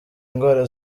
indwara